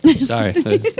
Sorry